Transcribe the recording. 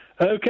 Okay